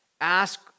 ask